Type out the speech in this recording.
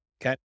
Okay